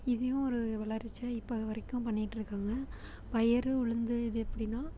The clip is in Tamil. இதியும் ஒரு வளர்ச்சியா இப்போ வரைக்கும் பண்ணிகிட்ருக்காங்க பயறு உளுந்து இது எப்படினா